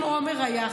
אם עמר היה,